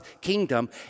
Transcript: kingdom